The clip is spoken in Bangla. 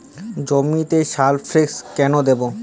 জমিতে সালফেক্স কেন দেবো?